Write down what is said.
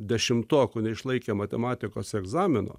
dešimtokų neišlaikė matematikos egzamino